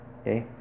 okay